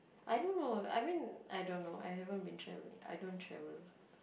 I don't know I mean I don't know I haven't been traveling I don't travel